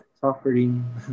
suffering